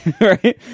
right